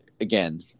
again